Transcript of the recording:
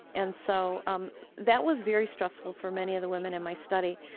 and so um that was very stressful for many of the women in my study,